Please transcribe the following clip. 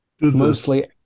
mostly